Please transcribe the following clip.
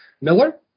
Miller